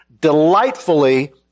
delightfully